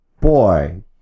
Boy